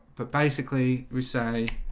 but basically we say